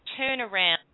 turnaround